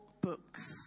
books